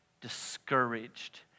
discouraged